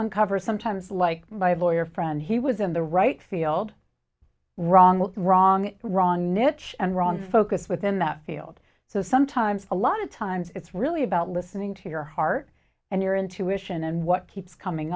uncovers sometimes like my lawyer friend he was in the right field wrong wrong wrong niche and wrong focus within that field so sometimes a lot of times it's really about listening to your heart and your intuition and what keeps coming